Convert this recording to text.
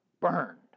burned